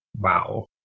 Wow